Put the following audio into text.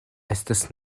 estas